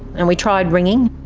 and we tried ringing